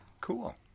Cool